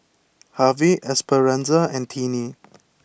Harvie Esperanza and Tiney